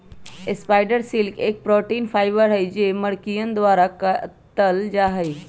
spider silk एक protein fibre हई जो मकड़ियन द्वारा कातल जाहई